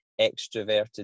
extroverted